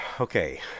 Okay